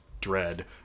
dread